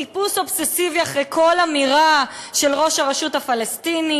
חיפוש אובססיבי אחרי כל אמירה של ראש הרשות הפלסטינית,